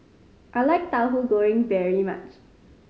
I like Tahu Goreng very much